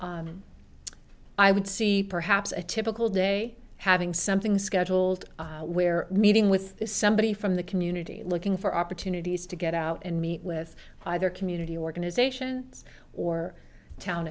i would see perhaps a typical day having something scheduled where meeting with somebody from the community looking for opportunities to get out and meet with either community organizations or town